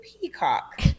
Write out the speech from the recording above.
peacock